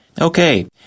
Okay